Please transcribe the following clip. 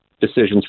decisions